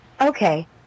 Okay